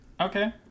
Okay